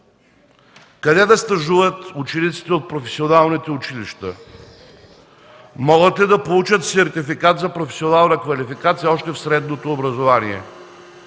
Къде да стажуват учениците от професионалните училища? Могат ли да получат сертификат за професионална квалификация още в средното образование?